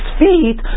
feet